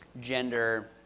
gender